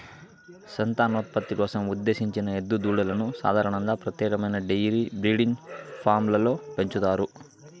సంతానోత్పత్తి కోసం ఉద్దేశించిన ఎద్దు దూడలను సాధారణంగా ప్రత్యేకమైన డెయిరీ బ్రీడింగ్ ఫామ్లలో పెంచుతారు